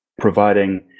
providing